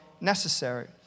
necessary